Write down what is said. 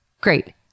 Great